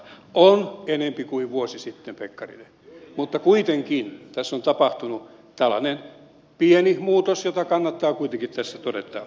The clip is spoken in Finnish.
on enempi kuin vuosi sitten pekkarinen mutta kuitenkin tässä on tapahtunut tällainen pieni muutos joka kannattaa kuitenkin tässä todeta